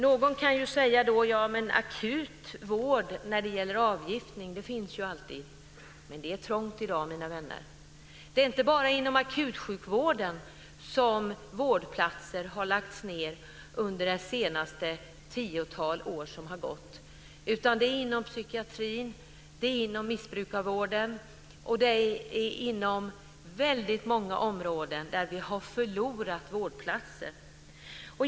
Någon kan då säga att akut vård när det gäller avgiftning finns ju alltid. Men det är trångt i dag, mina vänner. Det är inte bara inom akutsjukvården som vårdplatser har lagts ned under det senaste tiotalet år som har gått, utan vi har förlorat vårdplatser inom psykiatrin och missbrukarvården och väldigt många andra områden.